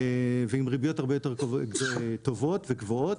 ועם ריביות הרבה יותר טובות וגבוהות.